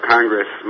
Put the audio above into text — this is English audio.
Congress